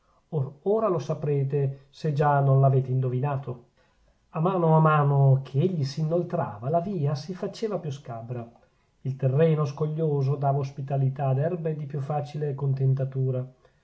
or ora lo saprete se già non l'avete indovinato a mano a mano che egli s'inoltrava la via si faceva più scabra il terreno scoglioso dava ospitalità ad erbe di più facile